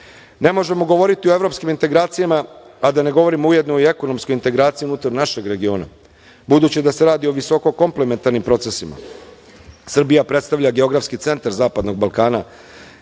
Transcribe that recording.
možemo govoriti o evropskim integracijama, a da ne govorimo ujedno i o ekonomskim integracijama unutar našeg regiona, budući da se radi o visoko komplementarnim procesima. Srbija predstavlja geografski centar Zapadnog Balkana.